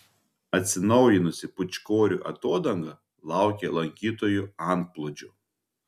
atsinaujinusi pūčkorių atodanga laukia lankytojų antplūdžio